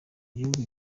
gihugu